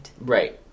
Right